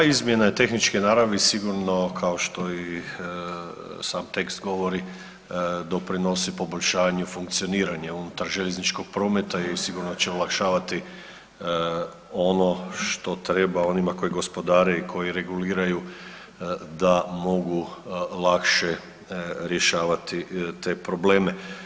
Pa izmjena je tehničke naravi, sigurno kao što i sam tekst govori doprinosi poboljšanju funkcioniranja unutar željezničkog prometa i sigurno će olakšavati ono što treba onima koji gospodare i koji reguliraju da mogu lakše rješavati te probleme.